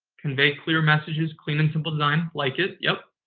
convey clear messages. clean and simple design. like it. yes.